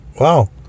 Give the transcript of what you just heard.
Wow